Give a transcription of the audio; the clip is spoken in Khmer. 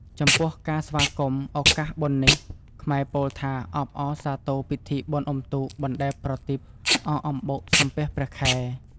ចំពោះការស្វាគមន៍ឱកាសបុណ្យនេះ ខ្មែរពោលថា អបអរសាទរពិធីបុណ្យអ៊ុំទូក បណ្ដែតប្រទីប អកអំបុក សំពះព្រះខែ។